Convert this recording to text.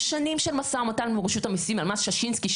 שנים של משא ומתן מול רשות המיסים על מס שישינסקי.